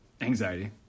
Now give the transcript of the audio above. Anxiety